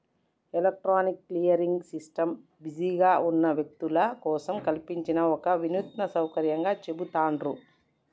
electronic clearing system బిజీగా ఉన్న వ్యక్తుల కోసం కల్పించిన ఒక వినూత్న సౌకర్యంగా చెబుతాండ్రు